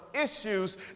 issues